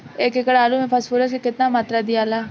एक एकड़ आलू मे फास्फोरस के केतना मात्रा दियाला?